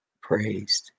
praised